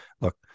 look